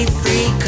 free